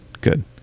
Good